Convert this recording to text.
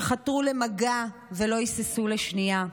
שחתרו למגע ולא היססו לשנייה,